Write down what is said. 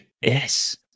yes